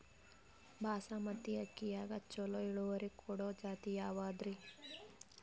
ಬಾಸಮತಿ ಅಕ್ಕಿಯಾಗ ಚಲೋ ಇಳುವರಿ ಕೊಡೊ ಜಾತಿ ಯಾವಾದ್ರಿ?